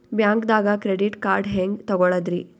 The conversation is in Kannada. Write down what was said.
ಬ್ಯಾಂಕ್ದಾಗ ಕ್ರೆಡಿಟ್ ಕಾರ್ಡ್ ಹೆಂಗ್ ತಗೊಳದ್ರಿ?